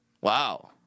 Wow